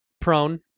prone